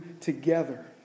together